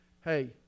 Hey